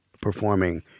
performing